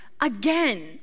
again